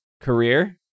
career